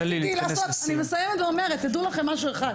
תדעו לכם משהו,